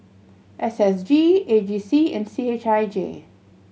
S S G A G C and C H I J